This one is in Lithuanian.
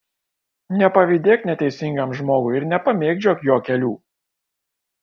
nepavydėk neteisingam žmogui ir nepamėgdžiok jo kelių